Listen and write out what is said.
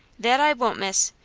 that i won't, miss.